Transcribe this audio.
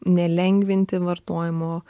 nelengvinti vartojimo